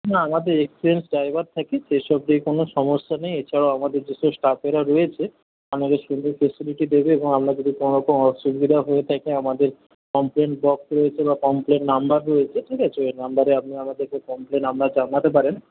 না আমাদের experienced driver থাকে সেসব দিয়ে কোনো সমস্যা নেই এছাড়াও আমাদের যেসব স্টাফেরা রয়েছে আপনাদের সুন্দর ফেসিলিটি দেবে এবং আপনাদের কোনোরকম আসুবিধা হয়ে থাকে আমাদের কমপ্লেন বক্স রয়েছে বা কমপ্লেন নাম্বার রয়েছে ঠিক আছে ওই নাম্বারে আপনারা আমাদেরকে কমপ্লেন জানাতে পারেন